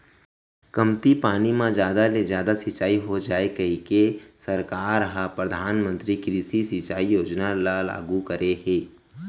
कमती पानी म जादा ले जादा सिंचई हो जाए कहिके सरकार ह परधानमंतरी कृषि सिंचई योजना ल लागू करे हे